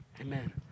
Amen